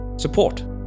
support